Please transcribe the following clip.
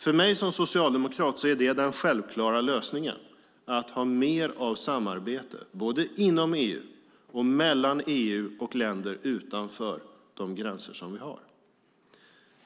För mig som socialdemokrat är det den självklara lösningen att ha mer av samarbete både inom EU och mellan EU och länder utanför de gränser som vi har.